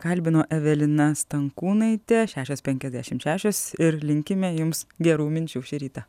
kalbino evelina stankūnaitė šešios penkiasdešimt šešios ir linkime jums gerų minčių šį rytą